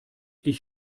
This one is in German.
ich